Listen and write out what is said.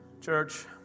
Church